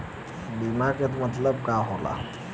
बीमा के मतलब का होला?